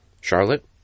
Charlotte